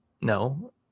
No